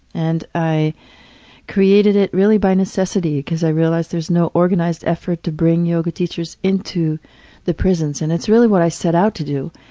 and i created it by necessity because i realized there's no organized effort to bring yoga teachers into the prisons and it's really what i set out to do.